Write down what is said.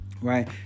right